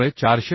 त्यामुळे 455